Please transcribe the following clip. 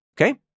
okay